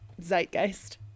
zeitgeist